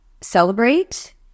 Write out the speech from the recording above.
celebrate